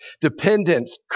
dependence